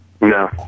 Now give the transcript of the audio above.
No